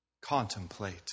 Contemplate